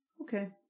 Okay